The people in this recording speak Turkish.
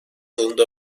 yılında